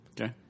Okay